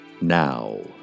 now